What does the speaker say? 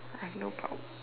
I no proud